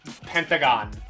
pentagon